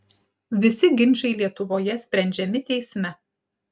visi ginčai lietuvoje sprendžiami teisme